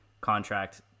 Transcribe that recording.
contract